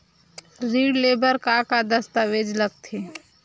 ऋण ले बर का का दस्तावेज लगथे?